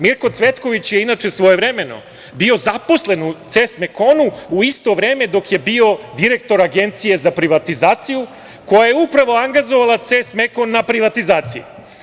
Mirko Cvetković je inače, svojevremeno bio zaposlen u „CES Mekonu“, u isto vreme dok je bio direktor Agencije za privatizaciju koja je upravo angažovala „CES Mekon“ na privatizacije.